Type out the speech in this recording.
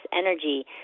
energy